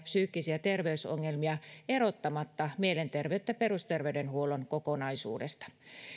psyykkisiä terveysongelmia erottamatta mielenterveyttä perusterveydenhuollon kokonaisuudesta